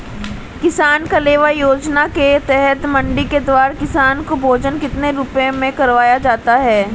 किसान कलेवा योजना के तहत मंडी के द्वारा किसान को भोजन कितने रुपए में करवाया जाता है?